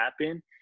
happen